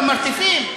במרתפים.